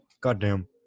Goddamn